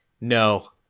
no